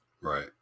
Right